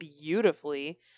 beautifully